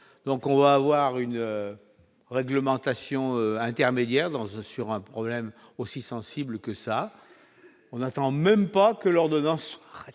donc on va avoir une réglementation intermédiaire dans un sur un problème aussi sensible que ça on attend même pas que l'ordonnance ratifiée